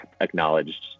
acknowledged